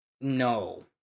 no